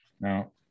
Now